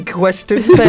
questions